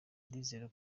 ndizera